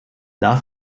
nach